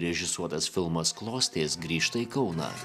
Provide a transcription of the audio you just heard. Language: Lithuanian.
režisuotas filmas klostės grįžta į kauną